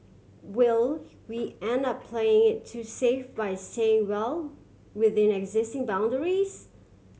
will we end up playing it too safe by staying well within existing boundaries